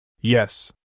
Yes